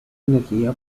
energía